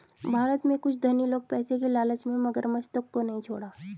भारत में कुछ धनी लोग पैसे की लालच में मगरमच्छ तक को नहीं छोड़ा